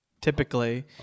Typically